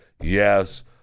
Yes